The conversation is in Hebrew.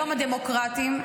היום הדמוקרטים,